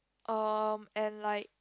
erm and like